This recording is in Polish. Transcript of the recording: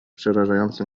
przerażająco